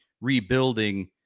rebuilding